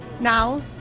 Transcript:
Now